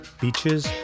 Beaches